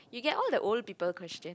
you get all the old people question